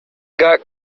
got